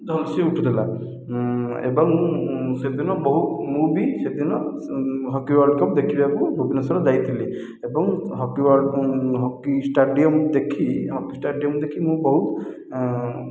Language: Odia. ଝଲସି ଉଠୁଥିଲା ଏବଂ ସେଦିନ ବହୁ ମୁଁ ବି ସେଦିନ ହକି ୱାର୍ଲଡ଼ କପ୍ ଦେଖିବାକୁ ଭୂବନେଶ୍ଵର ଯାଇଥିଲି ଏବଂ ହକି ହକି ଷ୍ଟାଡ଼ିୟମ ଦେଖି ହକି ଷ୍ଟାଡ଼ିୟମ ଦେଖି ମୁଁ ବହୁତ